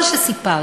כל מה שסיפרתי,